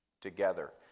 together